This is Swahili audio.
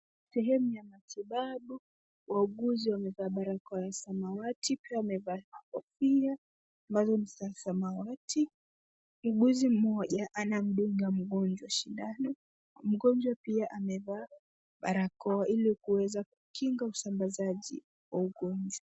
Sehemu ya matibabu. Wauguzi wamevaa barakoa ya samawati. Pia wamevaa kofia maalum za samawati. Muuguzi mmoja anamdunga mgonjwa sindano. Mgonjwa pia amevaa barakoa ili kuweza kukinga usambazaji wa ugonjwa.